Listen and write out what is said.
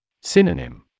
Synonym